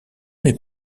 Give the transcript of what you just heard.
n’est